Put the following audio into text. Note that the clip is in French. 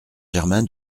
germain